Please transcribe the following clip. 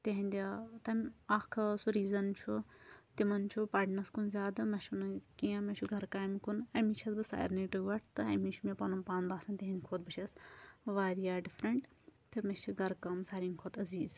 تہنٛدِ ٲں تَمہِ اکھ ٲں سُہ ریٖزَن چھُ تِمَن چھُ پرنَس کُن زیادٕ مےٚ چھُنہٕ کیٚنٛہہ مےٚ چھُ گھرٕ کامہِ کُن اَمے چھیٚس بہٕ سارنٕے ٹٲٹھ تہٕ اَمے چھُ مےٚ پَنُن پان باسان تہنٛدِ کھۄتہٕ بہٕ چھیٚس واریاہ ڈِفریٚنٛٹ تہٕ مےٚ چھِ گھرٕ کٲم ساروٕے کھۄتہٕ عزیٖز